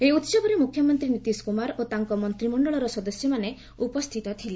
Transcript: ଏହି ଉତ୍ସବରେ ମୁଖ୍ୟମନ୍ତ୍ରୀ ନୀତିଶ କୁମାର ଓ ତାଙ୍କ ମନ୍ତ୍ରିମଣ୍ଡଳର ସଦସ୍ୟମାନେ ଉପସ୍ଥିତ ଥିଲେ